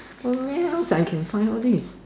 where else can I find all these